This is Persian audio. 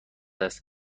است